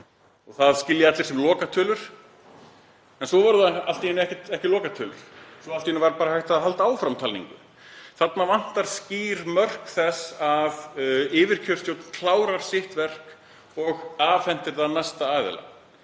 lokið skilja það allir sem lokatölur en svo voru það allt í einu ekki lokatölur, allt í einu var bara hægt að halda áfram talningu. Þarna vantar skýr mörk milli þess að yfirkjörstjórn klári sitt verk og afhendi til næsta aðila